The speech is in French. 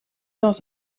dans